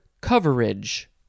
coverage